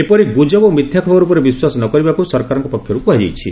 ଏପରି ଗୁଜବ ଓ ମିଥ୍ୟା ଖବର ଉପରେ ବିଶ୍ୱାସ ନ କରିବାକୁ ସରକାରଙ୍କ ପକ୍ଷର୍ କୁହାଯାଇଛି